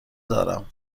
دارم